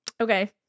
Okay